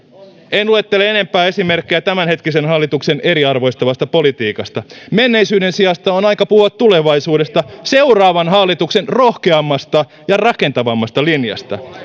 en luettele enempää esimerkkejä tämänhetkisen hallituksen eriarvoistavasta politiikasta menneisyyden sijasta on aika puhua tulevaisuudesta seuraavan hallituksen rohkeammasta ja rakentavammasta linjasta